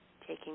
taking